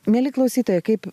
mieli klausytojai kaip